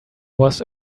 was